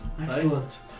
Excellent